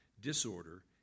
disorder